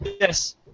Yes